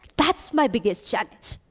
that's my biggest challenge.